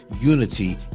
unity